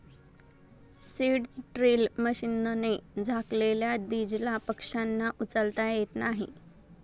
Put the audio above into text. seed drill मशीनने झाकलेल्या दीजला पक्ष्यांना उचलता येत नाही